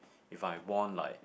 if I born like